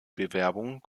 bewerbung